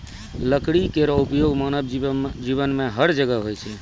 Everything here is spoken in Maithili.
लकड़ी केरो उपयोग मानव जीवन में हर जगह होय छै